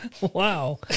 Wow